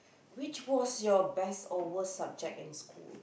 which was your best overall subject in school